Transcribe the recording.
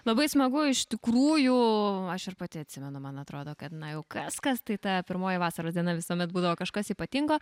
labai smagu iš tikrųjų aš ir pati atsimenu man atrodo kad na jau kas kas tai ta pirmoji vasaros diena visuomet būdavo kažkas ypatingo